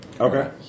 Okay